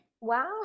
wow